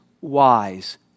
wise